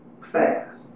fast